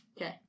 Okay